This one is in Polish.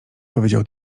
powiedział